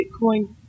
Bitcoin